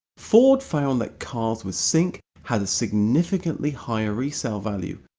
ford found that cars with sync had a significantly higher resale value,